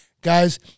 Guys